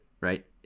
right